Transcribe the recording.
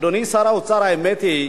אדוני שר האוצר, האמת היא,